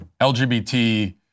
LGBT